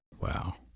Wow